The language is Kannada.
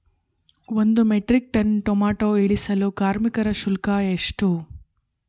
ಒಂದು ಮೆಟ್ರಿಕ್ ಟನ್ ಟೊಮೆಟೊ ಇಳಿಸಲು ಕಾರ್ಮಿಕರ ಶುಲ್ಕ ಎಷ್ಟು?